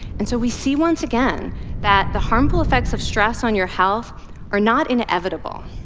and so we see once again that the harmful effects of stress on your health are not inevitable.